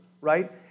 right